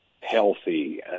healthy